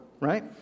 right